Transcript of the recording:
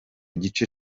gice